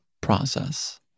process